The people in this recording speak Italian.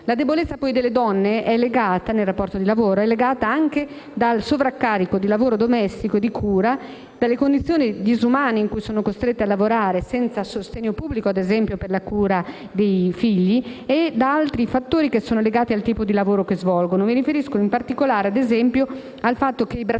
rapporto di lavoro è legata anche al sovraccarico di lavoro domestico e di cura e alle condizioni disumane in cui sono costrette a lavorare, senza sostegno pubblico - ad esempio per la cura dei figli - e ad altri fattori connessi al tipo di lavoro che svolgono. Mi riferisco in particolare al fatto che i braccianti,